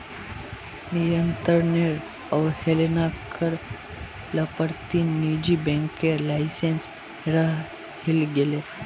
नियंत्रनेर अवहेलना कर ल पर तीन निजी बैंकेर लाइसेंस रद्द हई गेले